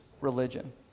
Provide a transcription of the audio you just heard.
religion